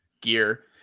gear